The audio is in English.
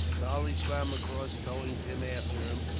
charlie swam across, towing tim after him,